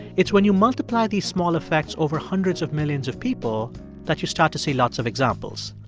it's when you multiply the small effects over hundreds of millions of people that you start to see lots of examples.